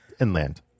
inland